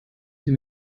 sie